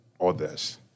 others